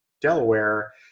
Delaware